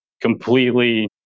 completely